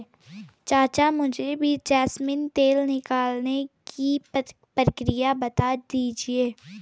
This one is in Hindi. चाचा मुझे भी जैस्मिन तेल निकालने की प्रक्रिया बता दीजिए